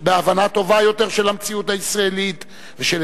בהבנה טובה יותר של המציאות הישראלית ושל